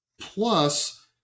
plus